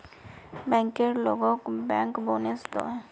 banker लोगोक bank bonus दोहों